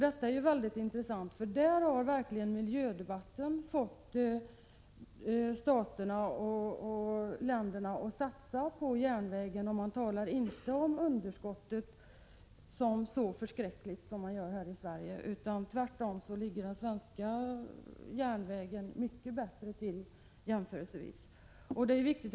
Det är ju väldigt intressant, för där har verkligen miljödebatten gjort att staterna satsat på järnvägen. Man talar inte om underskottet som så förskräckligt som man gör här i Sverige. Tvärtom ligger den svenska järnvägen jämförelsevis mycket bättre till.